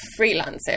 freelancer